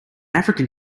african